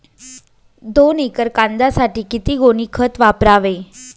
दोन एकर कांद्यासाठी किती गोणी खत वापरावे?